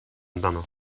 amdano